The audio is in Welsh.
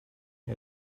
neu